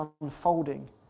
unfolding